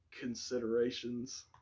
considerations